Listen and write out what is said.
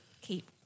keep –